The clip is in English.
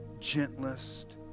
gentlest